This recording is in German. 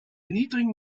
niedrigen